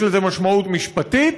יש לזה משמעות משפטית